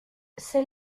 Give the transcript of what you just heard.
ses